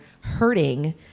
hurting